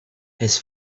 his